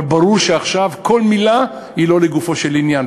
אבל ברור שעכשיו כל מילה היא לא לגופו של עניין.